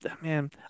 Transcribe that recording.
man